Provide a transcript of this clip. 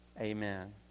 Amen